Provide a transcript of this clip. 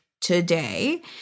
today